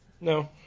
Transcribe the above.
No